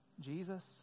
Jesus